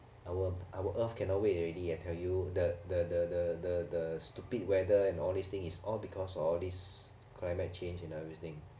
our our earth cannot wait already I tell you the the the the the the stupid weather and all this thing is all because of all this climate change and everything